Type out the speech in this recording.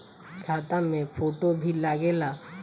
खाता मे फोटो भी लागे ला?